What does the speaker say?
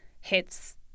hits